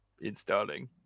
installing